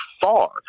far